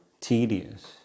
tedious